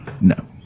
No